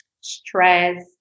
stress